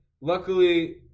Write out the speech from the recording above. Luckily